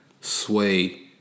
sway